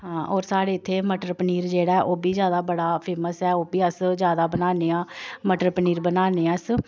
हां होर साढ़े इत्थे मटर पनीर जेह्ड़ा ऐ ओह् बी जादा बड़ा फेमस ऐ ओह् बी अस जादा बनान्ने आं मटर पनीर बनान्ने आं अस